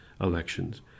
elections